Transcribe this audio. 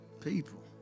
people